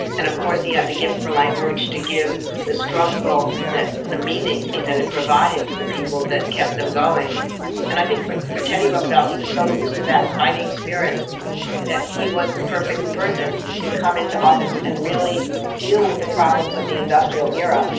and of course he had the gift for language to give the struggle the meaning like that it provided for the people that kept them going and i think for for teddy roosevelt, he was but so used to that fighting spirit that he was the perfect person to come into office and really deal with the problems of the industrial era,